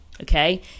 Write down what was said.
okay